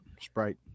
sprite